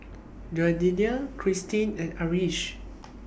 Jaidyn Cristin and Arish